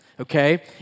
okay